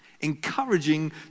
Encouraging